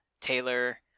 Taylor